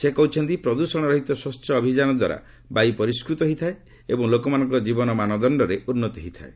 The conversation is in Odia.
ସେ କହିଛନ୍ତି ପ୍ରଦୃଷଣରହିତ ସ୍ୱଚ୍ଚ ଅଭିଯାନ ଦ୍ୱାରା ବାୟୁ ପରିସ୍କୃତ ହୋଇଥାଏ ଏବଂ ଲୋକମାନଙ୍କର ଜୀବନ ମାନଦଶ୍ଚରେ ଉନ୍ନତି ହୋଇଥାଏ